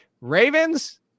Ravens